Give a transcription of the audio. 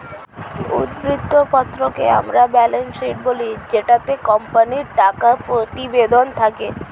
উদ্ধৃত্ত পত্রকে আমরা ব্যালেন্স শীট বলি জেটাতে কোম্পানির টাকা প্রতিবেদন থাকে